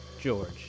George